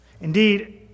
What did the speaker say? Indeed